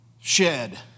shed